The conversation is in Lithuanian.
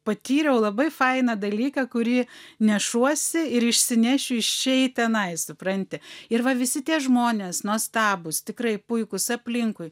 patyriau labai fainą dalyką kurį nešuosi ir išsinešiu iš čia į tenai supranti ir va visi tie žmonės nuostabūs tikrai puikūs aplinkui